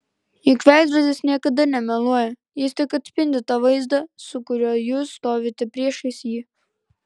juk veidrodis niekada nemeluoja jis tik atspindi tą vaizdą su kuriuo jūs stovite priešais jį